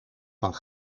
van